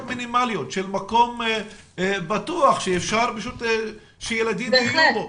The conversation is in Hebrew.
מינימליות של מקום בטוח לילדים שיהיו בו.